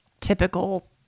typical